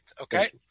Okay